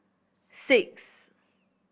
six